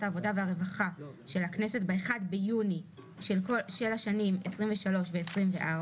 העבודה והרווחה של הכנסת ב-1 ביוני של השנים 2023 ו-2024,